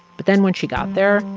but then when she got there,